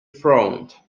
frowned